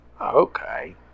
Okay